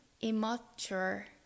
immature